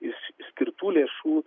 iš skirtų lėšų